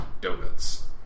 donuts